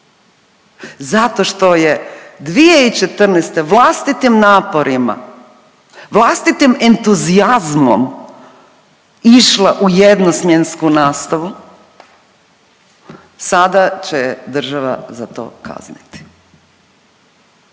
zato što je 2014. vlastitim naporima, vlastitim entuzijazmom išla u jednosmjensku nastavu, sada će je država za to kazniti.